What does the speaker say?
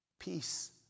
Peace